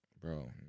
bro